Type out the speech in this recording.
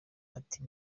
ati